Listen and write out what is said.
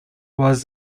was